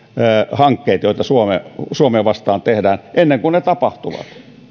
hankkeet joita suomea vastaan tehdään ennen kuin ne